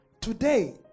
today